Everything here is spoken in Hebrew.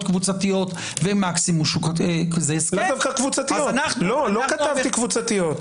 קבוצתיות ומקסימום- -- לא כתבתי קבוצתיות.